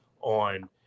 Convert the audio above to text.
on